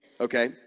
Okay